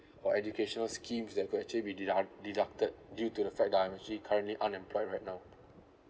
or educational schemes that could actually be deduct deducted due to the fact that I'm actually currently unemployed right now